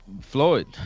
Floyd